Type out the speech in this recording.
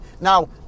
Now